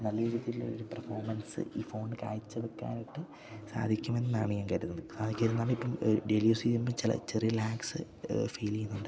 നല്ല രീതിക്കുള്ള ഒരു പെർഫോമൻസ് ഈ ഫോൺ കാഴ്ച വെക്കാനായിട്ട് സാധിക്കുമെന്നാണ് ഞാൻ കരുതുന്നത് സാധിക്കുന്നതാണ് ഇപ്പം ഡെയിലി യൂസ് ചെയ്യുമ്പോ ചെല ചെറി ലാക്സ് ഫീലെയ്യുന്നുണ്ട്